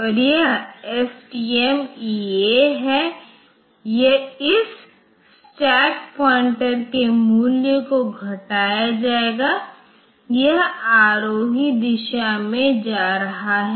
और यह STMEA है इस स्टैक पॉइंटर के मूल्य को घटाया जाएगा यह आरोही दिशा में जा रहा है